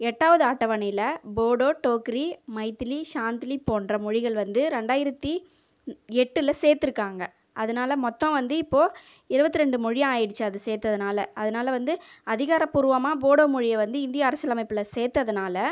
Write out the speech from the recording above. எட்டாவது அட்டவணையில போடோ டோக்ரி மைதிலி ஷாந்திலி போன்ற மொழிகள் வந்து ரெண்டாயிரத்தி எட்டில் சேர்த்திருக்காங்க அதனால மொத்தம் வந்து இப்போது இருவத்திரண்டு மொழி ஆகிடுச்சி அதை சேர்த்ததுனால அதனால் வந்து அதிகாரபூர்வமா போடோ மொழியை வந்து இந்திய அரசியலமைப்பில் சேர்த்ததுனால